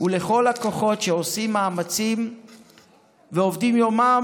וכל הכוחות שעושים מאמצים ועובדים יומם